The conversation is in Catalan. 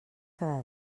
cada